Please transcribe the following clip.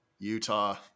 Utah